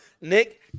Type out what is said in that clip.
Nick